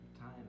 time